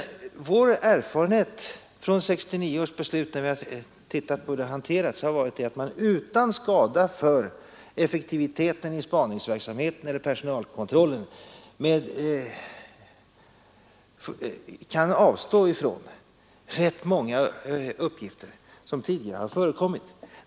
Men vår erfarenhet av 1969 års beslut, när vi sett på hur det hanteras, har varit att man utan skada för effektiviteten i spaningsverksamheten eller personalkontrollen kan avstå från rätt många uppgifter som tidigare har förekommit.